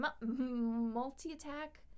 multi-attack